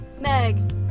Meg